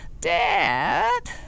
dad